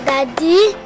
Daddy